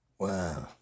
Wow